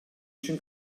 için